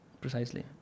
Precisely